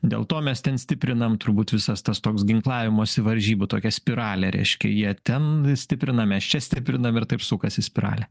dėl to mes ten stiprinam turbūt visas tas toks ginklavimosi varžybų tokia spiralė reiškia jie ten stiprina mes čia stiprinam ir taip sukasi spiralė